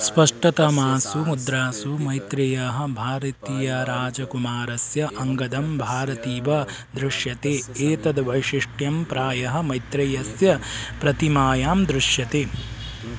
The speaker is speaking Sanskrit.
स्पष्टतमासु मुद्रासु मैत्रेयः भारतीयराजकुमारस्य अङ्गदं भारतीयः दृश्यते एतद् वैशिष्ट्यं प्रायः मैत्रेयस्य प्रतिमायां दृश्यते